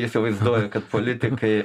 įsivaizduoja kad politikai